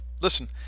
listen